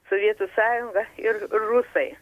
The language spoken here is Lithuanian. sovietų sąjunga ir rusai